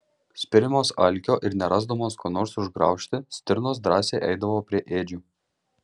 spiriamos alkio ir nerasdamos ko nors užgraužti stirnos drąsiai eidavo prie ėdžių